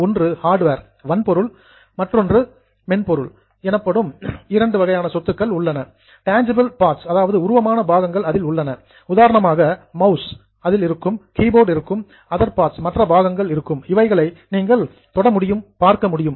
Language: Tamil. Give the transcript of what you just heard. ஒன்று ஹார்டுவேர் வன்பொருள் எனப்படும் டேன்ஜிபிள் பார்ட்ஸ் உருவமான பாகங்கள் அதில் மவுஸ் இருக்கும் ஒரு கீபோர்டு இருக்கும் அதர் பார்ட்ஸ் மற்ற பாகங்கள் இருக்கும் இவைகளை நீங்கள் தொட முடியும் பார்க்க முடியும்